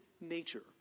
nature